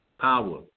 power